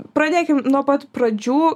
pradėkime nuo pat pradžių